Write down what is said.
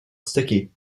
sticky